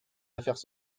affaires